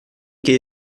que